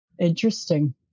interesting